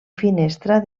finestra